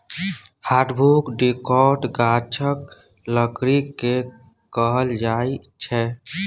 hardwood डिकौटक गाछक लकड़ी केँ कहल जाइ छै